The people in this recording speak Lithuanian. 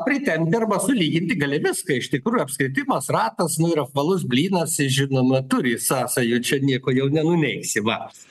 pritempti arba sulyginti gali viską iš tikrųjų apskritimas ratas nu yra apvalus blynas žinoma turi sąsajų čia nieko gal nenuneigsi va